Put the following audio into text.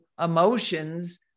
emotions